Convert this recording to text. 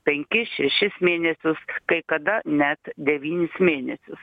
penkis šešis mėnesius kai kada net devynis mėnesius